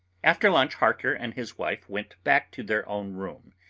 after lunch harker and his wife went back to their own room,